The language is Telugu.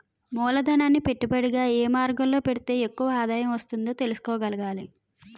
మూలధనాన్ని పెట్టుబడిగా ఏ మార్గంలో పెడితే ఎక్కువ ఆదాయం వస్తుందో తెలుసుకోగలగాలి